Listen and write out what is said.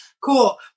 cool